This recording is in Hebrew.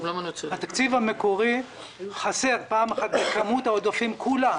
התקציב המקורי חסר פעם אחת בכמות העודפים כולה,